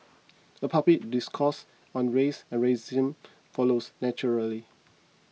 a public discourse on race and racism follows naturally